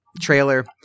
trailer